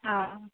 অঁ